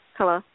Hello